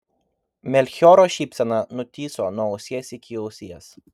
melchioro šypsena nutįso nuo ausies iki ausies